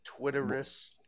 Twitterist